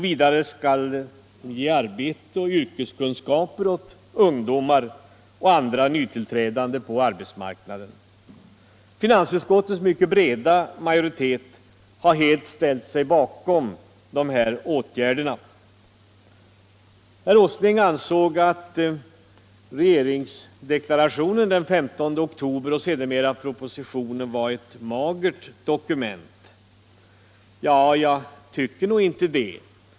Vidare skall de ge arbete och yrkeskunskaper åt ungdomar och andra nytillträdaride på arbetsmarknaden. Finansutskottets mycket breda majoritet har helt ställt sig bakom dessa åtgärder. Herr Åsling ansåg att regeringsdeklarationen av den 15 oktober och sedermera propositionen var ett magert dokument. Jag tycker inte det.